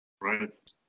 right